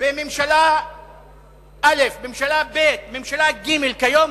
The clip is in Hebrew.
בממשלה א', בממשלה ב', בממשלה ג' כיום,